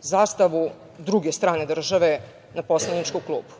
zastavu druge strane države na poslaničku klupu.